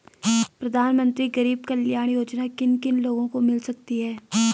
प्रधानमंत्री गरीब कल्याण योजना किन किन लोगों को मिल सकती है?